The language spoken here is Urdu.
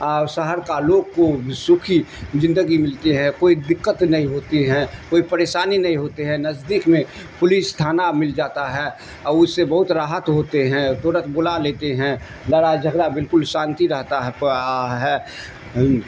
اور شہر کا لوگ کو سوکھی زندگی ملتی ہے کوئی دقت نہیں ہوتی ہیں کوئی پریشانی نہیں ہوتے ہیں نزدیک میں پولیس تھانا مل جاتا ہے اور اس سے بہت راحت ہوتے ہیں تورت بلا لیتے ہیں لرا جھگڑا بالکل شانتی رہتا ہے ہے